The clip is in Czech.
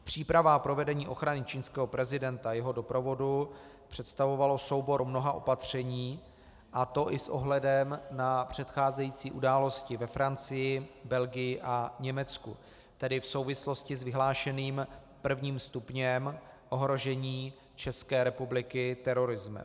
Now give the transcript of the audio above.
Příprava a provedení ochrany čínského prezidenta a jeho doprovodu představovaly soubor mnoha opatření, a to i s ohledem na předcházející události ve Francii, Belgii a Německu, tedy v souvislosti s vyhlášeným prvním stupněm ohrožení ČR terorismem.